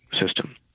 system